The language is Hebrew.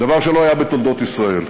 דבר שלא היה בתולדות ישראל.